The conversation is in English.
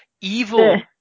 Evil